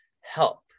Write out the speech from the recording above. help